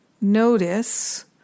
notice